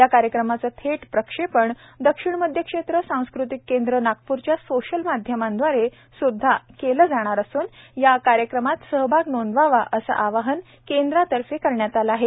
या कार्यक्रमाच थेट प्रक्षेपण दक्षिण मध्य क्षेत्र सांस्कृतिक केंद्र नागप्र च्या सोशल माध्यमांदवारे सुद्धा केले जाणार असून या कार्यक्रमात सहभाग नोंदवावा असे आवाहन केंद्रातर्फे करण्यात आले आहे